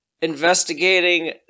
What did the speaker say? investigating